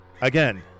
again